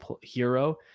hero